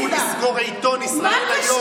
שגם לא ילכו לסגור את עיתון ישראל היום,